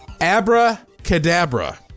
Abracadabra